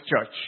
church